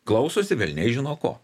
klausosi velniai žino ko